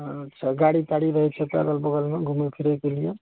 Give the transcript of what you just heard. अच्छा गाड़ी ताड़ी रहै छै तऽ अगल बगलमे घुमय फिरयके लिए